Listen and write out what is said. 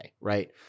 right